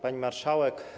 Pani Marszałek!